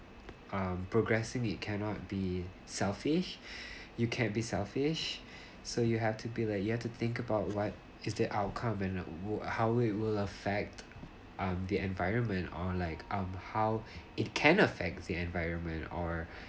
um progressing it cannot be selfish you can't be selfish so you have to be like you have to think about what is the outcome when the would how it will affect um the environment or like um how it can affect the environment or